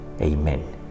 amen